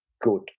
good